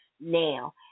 now